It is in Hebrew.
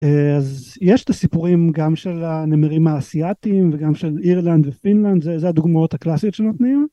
אז יש את הסיפורים גם של הנמרים האסיתיים וגם של אירלנד ופינלנד זה הדוגמאות הקלאסית שנותנים.